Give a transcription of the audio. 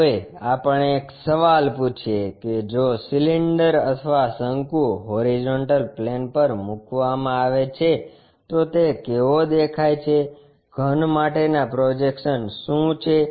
હવે આપણે એક સવાલ પૂછીએ કે જો સિલિન્ડર અથવા શંકુ હોરીઝોન્ટલ પ્લેન પર મૂકવામાં આવે છે તો તે કેવો દેખાય છે ઘન માટેના પ્રોજેકશન શું છે